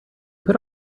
put